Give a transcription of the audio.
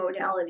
modalities